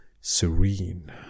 serene